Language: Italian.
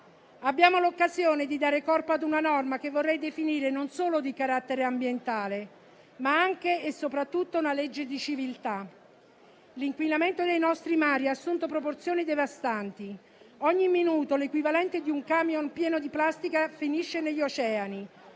Abbiamo l'occasione di dare corpo a una norma che vorrei definire non solo di carattere ambientale, ma anche e soprattutto una legge di civiltà. L'inquinamento dei nostri mari ha assunto proporzioni devastanti. Ogni minuto l'equivalente di un camion pieno di plastica finisce negli oceani,